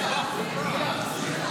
הוא רוצה.